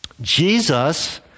Jesus